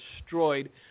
destroyed